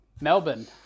Melbourne